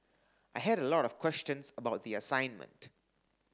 I had a lot of questions about the assignment